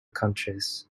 countries